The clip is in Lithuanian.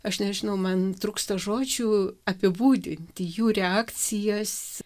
aš nežinau man trūksta žodžių apibūdinti jų reakcijas